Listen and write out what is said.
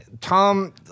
Tom